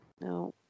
No